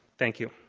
thank you.